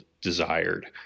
desired